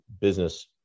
business